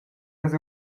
las